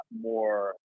more